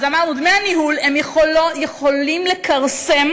אז אמרנו, דמי הניהול יכולים לכרסם